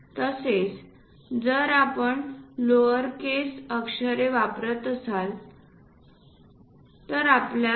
तसेच जर आपण लोअरकेस अक्षरे वापरत असाल तर आपल्याला 2